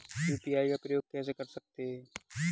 UPI का उपयोग कैसे कर सकते हैं?